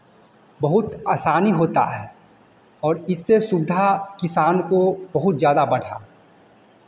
बहुत आसानी होता है और इससे सुविधा किसान को बहुत ज़्यादा बढ़ा